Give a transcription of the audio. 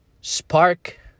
spark